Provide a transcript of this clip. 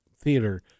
theater